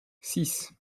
six